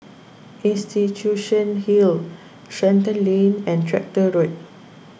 Institution Hill Shenton Lane and Tractor Road